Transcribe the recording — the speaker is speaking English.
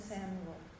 Samuel